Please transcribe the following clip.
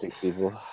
people